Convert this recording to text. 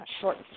short